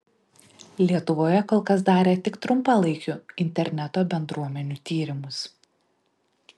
lietuvoje kol kas darė tik trumpalaikių interneto bendruomenių tyrimus